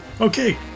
Okay